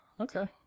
okay